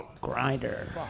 Grinder